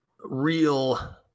real